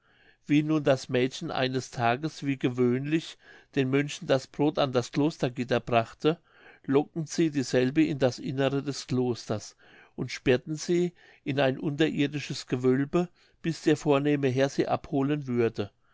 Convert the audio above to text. wie nun das mädchen eines tages wie gewöhnlich den mönchen das brod an das klostergitter brachte lockten sie dieselbe in das innere des klosters und sperrten sie in ein unterirdisches gewölbe bis der vornehme herr sie abholen würde